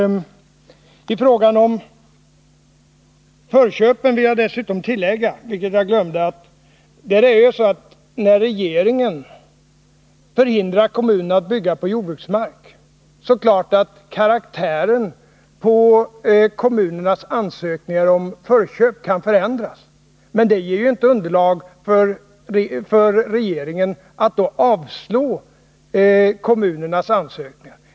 Beträffande förköpen vill jag tillägga, vilket jag glömde förut, att när regeringen hindrar kommunerna att bygga på jordbruksmark är det klart att karaktären på kommunernas ansökningar om förköp kan ändras. Men detta ger ju inte underlag för regeringen att då avslå kommunernas ansökningar.